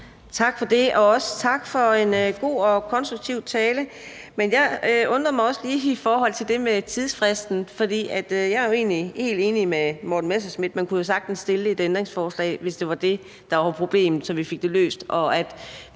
Tak for det. Og også tak for en god og konstruktiv tale. Men jeg undrede mig også over det med tidsfristen. Jeg er egentlig helt enig med Morten Messerschmidt i, at man jo sagtens kunne stille et ændringsforslag, hvis det var det, der var problemet, så vi fik det løst,